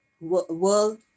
World